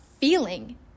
feeling